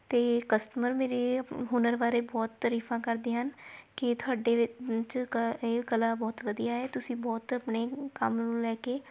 ਅਤੇ ਕਸਟਮਰ ਮੇਰੇ ਹੁਨਰ ਬਾਰੇ ਬਹੁਤ ਤਾਰੀਫਾਂ ਕਰਦੇ ਹਨ ਕਿ ਤੁਹਾਡੇ ਵਿੱਚ ਕ ਇਹ ਕਲਾ ਬਹੁਤ ਵਧੀਆ ਹੈ ਤੁਸੀਂ ਬਹੁਤ ਆਪਣੇ ਕੰਮ ਨੂੰ ਲੈ ਕੇ